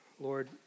Lord